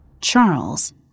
Charles